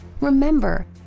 remember